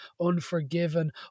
Unforgiven